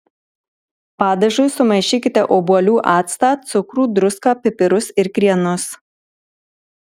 padažui sumaišykite obuolių actą cukrų druską pipirus ir krienus